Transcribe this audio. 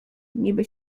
niby